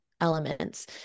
elements